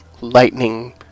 lightning